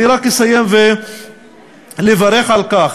אני רק אסיים ואברך על כך